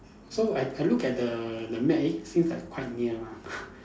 so I I look at the the map eh seems like quite near lah